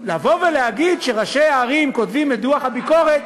לבוא ולהגיד שראשי הערים כותבים את דוח הביקורת,